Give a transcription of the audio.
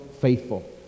faithful